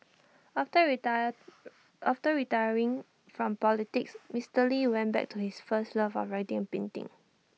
after retire after retiring from politics Mr lee went back to his first love of writing and painting